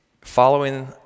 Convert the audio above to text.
Following